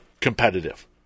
competitive